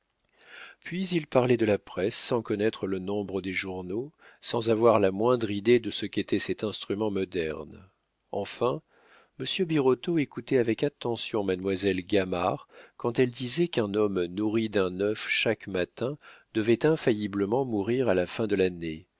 puis ils parlaient de la presse sans connaître le nombre des journaux sans avoir la moindre idée de ce qu'était cet instrument moderne enfin monsieur birotteau écoutait avec attention mademoiselle gamard quand elle disait qu'un homme nourri d'un œuf chaque matin devait infailliblement mourir à la fin de l'année